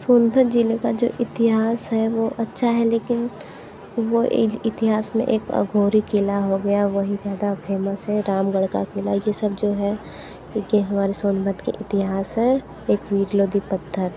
सोनभद्र ज़िले का जो इतिहास है वह अच्छा है लेकिन वह इतिहास में एक अघोरी किला हो गया वही ज़्यादा फ़ेमस है रामगढ़ का किला यह सब जो है ये कि हमारे सोनभद्र के इतिहास हैं एक वीर लोधी पत्थर